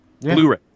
Blu-ray